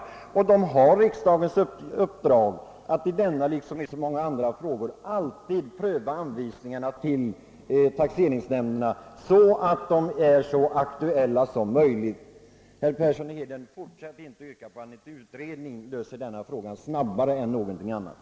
Riksskattenämnden har riksdagens uppdrag att i denna liksom så många andra frågor alltid pröva anvisningarna till taxeringsnämnderna, så att de blir så aktuella som möjligt. Herr Persson i Heden! Fortsätt inte att tro att en utredning löser denna fråga snabbare än någonting annat.